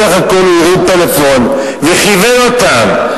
בסך הכול הוא הרים פלאפון וכיוון אותם.